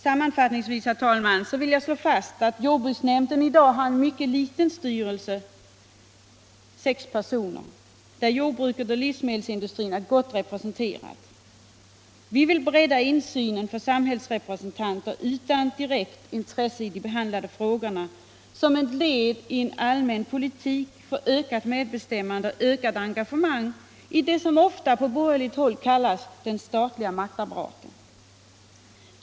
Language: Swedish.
Sammanfattningsvis, herr talman, vill jag slå fast att jordbruksnämnden i dag har en mycket liten styrelse, 6 personer, där jordbruket och livsmedelsindustrin är väl representerade. Vi vill bredda insynen från samhället med representanter utan direkt intresse i de behandlade frå Reglering av priserna på jordbruksproduk gorna, som ett led i en allmän politik för ökat medbestämmande och ökat engagemang i det som ofta på borgerligt håll kallas den statliga maktapparaten.